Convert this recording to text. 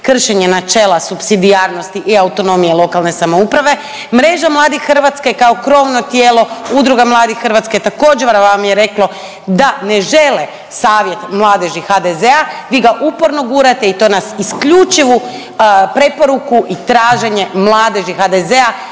kršenje načela supsidijarnosti i autonomije lokalne samouprave. Mreža mladih Hrvatske kao krovno tijelo, Udruga mladih Hrvatske također vam je reklo da ne žele Savjet mladeži HDZ-a. Vi ga uporno gurate i to na isključivu preporuku i traženje mladeži HDZ-a